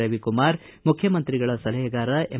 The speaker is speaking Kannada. ರವಿಕುಮಾರ್ ಮುಖ್ಯಮಂತ್ರಿಗಳ ಸಲಹೆಗಾರ ಎಂ